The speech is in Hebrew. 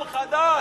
עם חדש?